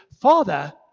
father